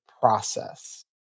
process